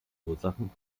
ursachen